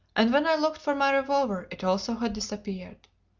and when i looked for my revolver, it also had disappeared.